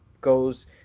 goes